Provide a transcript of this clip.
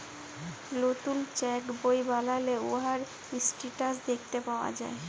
লতুল চ্যাক বই বালালে উয়ার ইসট্যাটাস দ্যাখতে পাউয়া যায়